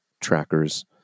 trackers